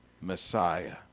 Messiah